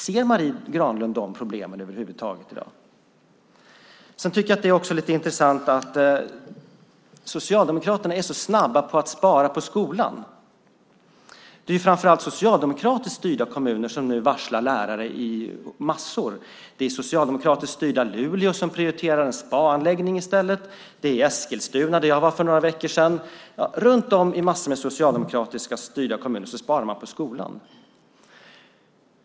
Ser Marie Granlund de problemen över huvud taget i dag? Det är också lite intressant att Socialdemokraterna är så snabba på att spara på skolan. Det är framför allt socialdemokratiskt styrda kommuner som nu varslar lärare i massor. Det är socialdemokratiskt styrda Luleå, som prioriterar en spaanläggning i stället. Det är Eskilstuna, där jag var för några veckor sedan. Runt om i massor av socialdemokratiskt styrda kommuner sparar man på skolan.